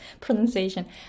pronunciation